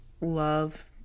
love